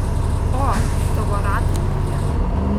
o tavo ratai nauji